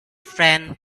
friend